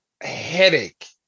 headache